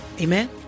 Amen